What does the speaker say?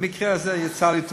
במקרה הזה יצא לי טוב.